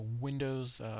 Windows